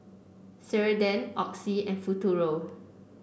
Ceradan Oxy and Futuro